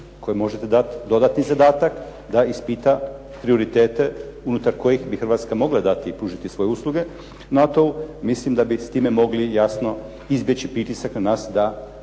kojem možete dati dodatni zadatak da ispita prioritete unutar kojih bi Hrvatska mogla dati i pružiti svoje usluge NATO-u. Mislim da bi s time mogli jasno izbjeći pritisak na nas da